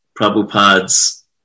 Prabhupada's